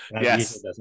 Yes